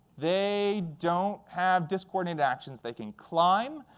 they don't have discoordinated actions. they can climb.